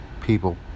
People